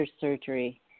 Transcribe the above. surgery